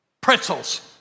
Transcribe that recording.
pretzels